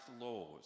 laws